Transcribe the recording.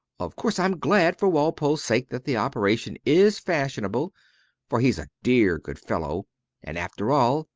of course i'm glad for walpole's sake that the operation is fashionable for he's a dear good fellow and after all,